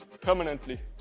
permanently